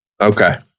Okay